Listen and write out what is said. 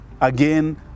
again